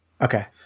Okay